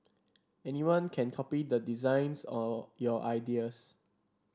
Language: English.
anyone can copy the designs or your ideas